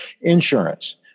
insurance